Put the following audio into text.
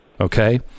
Okay